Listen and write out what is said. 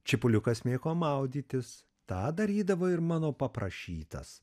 čipuliukas mėgo maudytis tą darydavo ir mano paprašytas